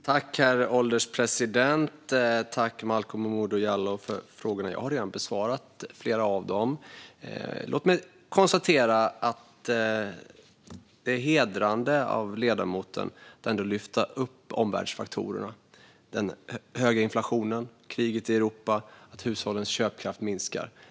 Herr ålderspresident! Jag tackar Malcolm Momodou Jallow för frågorna. Jag har redan besvarat flera av dem. Låt mig konstatera att det är hedrande av ledamoten att ändå lyfta upp omvärldsfaktorerna, det vill säga den höga inflationen, kriget i Europa och att hushållens köpkraft minskar.